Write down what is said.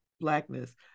blackness